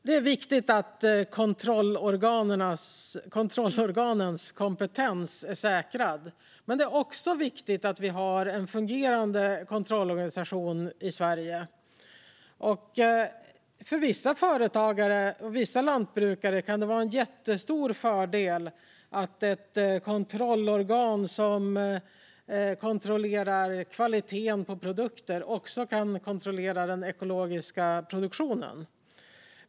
Det är viktigt att kontrollorganens kompetens är säkrad. Men det är också viktigt att vi har en fungerande kontrollorganisation i Sverige. För vissa företagare och vissa lantbrukare kan det vara en jättestor fördel att ett kontrollorgan som kontrollerar produkters kvalitet också kan kontrollera den ekologiska produktionen.